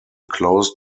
close